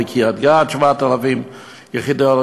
בקריית-גת, 7,000 יחידות?